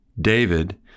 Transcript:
David